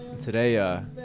Today